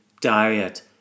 diet